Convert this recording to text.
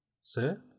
sir